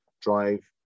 drive